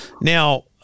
Now